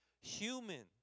human